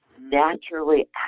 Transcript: naturally